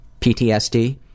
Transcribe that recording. PTSD